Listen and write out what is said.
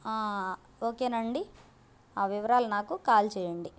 okay అండి ఆ వివరాలు నాకు కాల్ చెయ్యండి